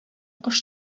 кош